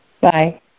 Bye